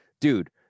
dude